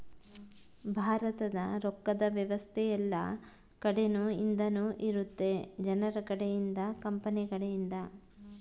ಭಾರತದ ರೊಕ್ಕದ್ ವ್ಯವಸ್ತೆ ಯೆಲ್ಲ ಕಡೆ ಇಂದನು ಇರುತ್ತ ಜನರ ಕಡೆ ಇಂದ ಕಂಪನಿ ಕಡೆ ಇಂದ